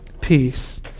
peace